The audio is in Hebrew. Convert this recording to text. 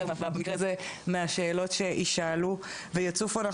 במקרה הזה מהשאלות שיישאלו ויצופו.